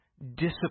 Discipline